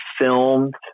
filmed